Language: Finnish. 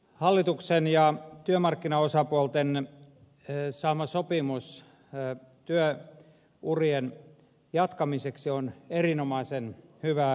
hallituksen ja työmarkkinaosapuolten saama sopimus työurien jatkamiseksi on erinomaisen hyvää yhteiskuntapolitiikkaa